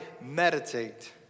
meditate